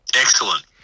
excellent